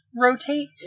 rotate